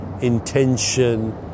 intention